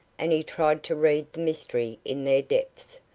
and he tried to read the mystery in their depths,